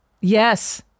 yes